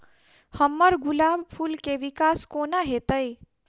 हम्मर गुलाब फूल केँ विकास कोना हेतै?